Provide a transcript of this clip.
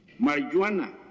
marijuana